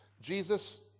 Jesus